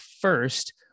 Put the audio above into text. first